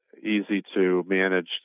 easy-to-manage